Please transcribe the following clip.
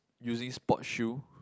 using sport shoe